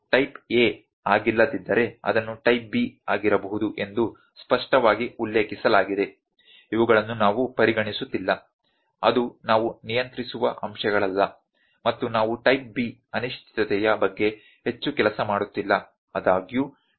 type A ಆಗಿಲ್ಲದಿದ್ದರೆ ಅದನ್ನು type B ಆಗಿರಬಹುದು ಎಂದು ಸ್ಪಷ್ಟವಾಗಿ ಉಲ್ಲೇಖಿಸಲಾಗಿದೆ ಇವುಗಳನ್ನು ನಾವು ಪರಿಗಣಿಸುತ್ತಿಲ್ಲ ಅದು ನಾವು ನಿಯಂತ್ರಿಸುವ ಅಂಶಗಳಲ್ಲ ಮತ್ತು ನಾವು ಟೈಪ್ B ಅನಿಶ್ಚಿತತೆಯ ಬಗ್ಗೆ ಹೆಚ್ಚು ಕೆಲಸ ಮಾಡುತ್ತಿಲ್ಲ ಆದಾಗ್ಯೂ ಟೈಪ್ A ಅನಿಶ್ಚಿತತೆಯು ಮುಖ್ಯವಾಗಿದೆ